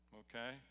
okay